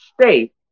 state